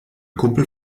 kumpel